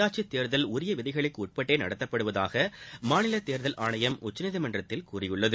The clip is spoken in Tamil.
உள்ளாட்சித்தேர்தல் உரிய விதிகளுக்கு உட்பட்டே நடத்தப்படுவதாக மாநில தேர்தல் ஆணையம் உச்சநீதிமன்றத்தில் கூறியுள்ளது